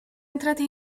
entrate